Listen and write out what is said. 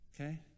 Okay